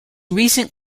recent